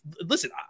listen